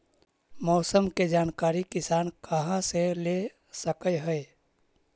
मौसम के जानकारी किसान कहा से ले सकै है?